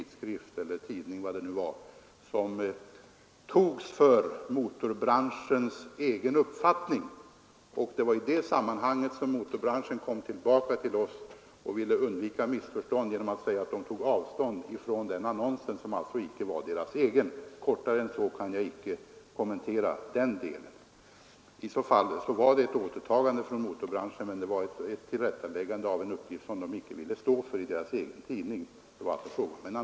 Denna annons togs för Motorbranschens egen uppfattning, och i det sammanhanget vände sig Motorbranschen till oss för att för undvikande av missförstånd tala om att tidningen tog avstånd från annonsen, som alltså icke uttryckte tidningens egen mening. Kortare än så kan jag icke kommentera den delen. Om ett återtagande förekom så var det ett tillrättaläggande av en uppgift i en annons som tidningen inte ville stå för.